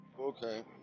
Okay